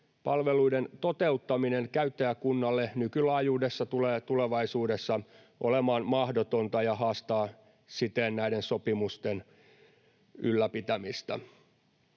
Palveluiden toteuttaminen käyttäjäkunnalle nykylaajuudessa tulee tulevaisuudessa olemaan mahdotonta, ja se haastaa siten näiden sopimusten ylläpitämistä.